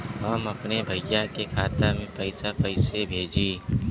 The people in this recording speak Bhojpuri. हम अपने भईया के खाता में पैसा कईसे भेजी?